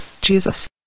Jesus